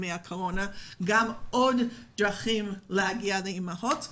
מהקורונה כדי לספק עוד דרך להגיע לאימהות.